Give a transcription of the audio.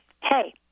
hey